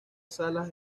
salas